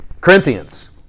Corinthians